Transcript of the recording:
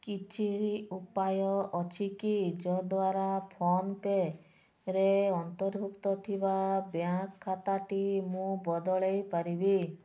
କିଛି ଉପାୟ ଅଛି କି ଯଦ୍ୱାରା ଫୋନ୍ପେରେ ଅନ୍ତର୍ଭୁକ୍ତ ଥିବା ବ୍ୟାଙ୍କ୍ ଖାତାଟି ମୁଁ ବଦଳାଇ ପାରିବି